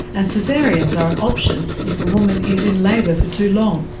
and so caesareans are an option if a woman is in labour for too long.